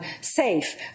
safe